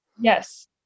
Yes